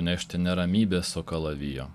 nešti ne ramybės o kalavijo